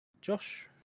Josh